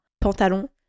pantalon